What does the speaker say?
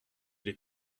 les